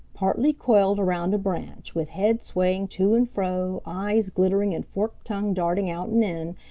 partly coiled around a branch, with head swaying to and fro, eyes glittering and forked tongue darting out and in,